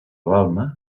balma